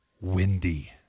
Windy